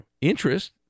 interest